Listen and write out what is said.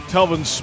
Telvin